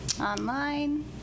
online